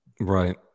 Right